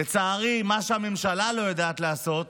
לצערי, מה שהממשלה לא יודעת לעשות